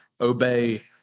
obey